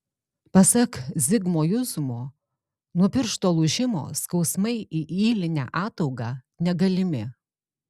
pasak zigmo juzumo nuo piršto lūžimo skausmai į ylinę ataugą negalimi